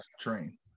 train